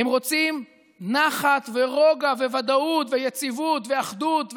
הם רוצים נחת ורוגע וודאות ויציבות ואחדות,